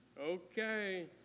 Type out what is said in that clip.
Okay